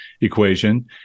equation